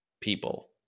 people